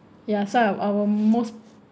ya so I'll I'll most